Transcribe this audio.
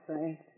say